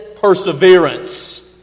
Perseverance